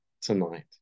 tonight